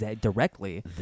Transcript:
directly